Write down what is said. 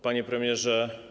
Panie Premierze!